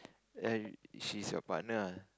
[ay] she's your partner ah